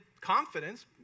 confidence